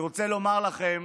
אני רוצה לומר לכם